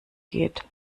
geht